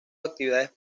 actividades